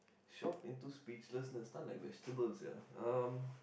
shocked into speechlessness stun like vegetables sia um